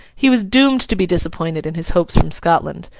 he was doomed to be disappointed in his hopes from scotland.